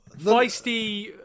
Feisty